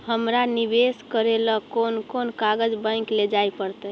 हमरा निवेश करे ल कोन कोन कागज बैक लेजाइ पड़तै?